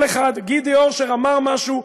כל אחד, גידי אורשר אמר משהו,